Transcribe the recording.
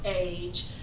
age